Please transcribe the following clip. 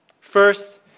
First